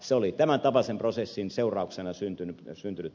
se oli tämäntapaisen prosessin seurauksena syntynyt tulos